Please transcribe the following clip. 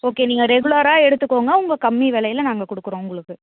okay நீங்கள் ரெகுலராக எடுத்துக்கோங்க உங்கள் கம்மி விலையில நாங்கள் கொடுக்குறோம் உங்களுக்கு